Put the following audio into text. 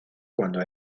cuando